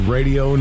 Radio